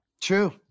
True